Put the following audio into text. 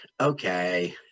okay